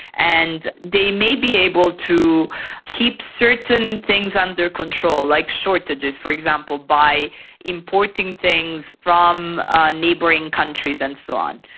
and they may be able to keep certain things under control, like shortages for example, by importing things from neighbouring countries and so on.